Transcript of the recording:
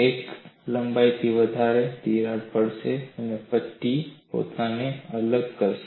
એક લંબાઈથી વધારે તિરાડ પડશે અને પટ્ટી પોતાને અલગ કરશે